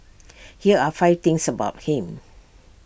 here are five things about him